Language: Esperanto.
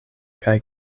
kaj